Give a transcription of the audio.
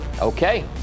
Okay